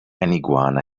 iguana